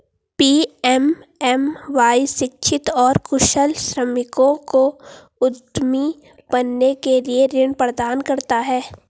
PMMY शिक्षित और कुशल श्रमिकों को उद्यमी बनने के लिए ऋण प्रदान करता है